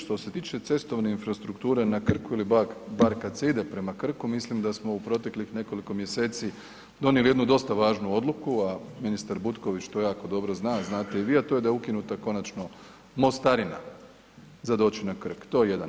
Što se tiče cestovne infrastrukture na Krku ili bar kad se ide prema Krku mislim da smo u proteklih nekoliko mjeseci donijeli jednu dosta važnu odluku, a ministar Butković to jako dobro zna, znate i vi, a to je da je ukinuta konačno mostarina za doći na Krk, to je jedan.